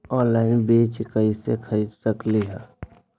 Online बीज कईसे खरीद सकली ह?